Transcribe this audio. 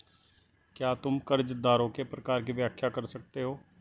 क्या तुम कर्जदारों के प्रकार की व्याख्या कर सकते हो?